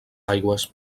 aigües